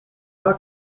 bat